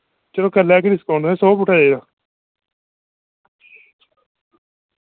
चलो कर लैगे डिस्काउंट तुसें सौ बूह्टा चाहिदा